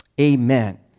amen